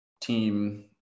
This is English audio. team